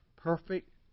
perfect